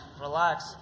relax